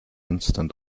instant